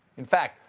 in fact,